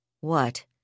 What